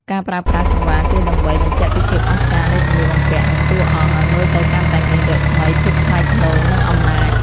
ការប្រើប្រាស់សង្វារគឺដើម្បី បញ្ជាក់ពីភាពអស្ចារ្យនៃសម្លៀកបំពាក់ និង តួអង្គ ឱ្យមើលទៅកាន់តែមានរស្មី ភាពថ្លៃថ្នូរ និងអំណាច។